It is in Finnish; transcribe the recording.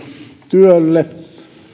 työlle